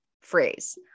phrase